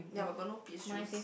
yea but got no peach juice